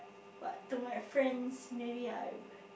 but to my friends maybe I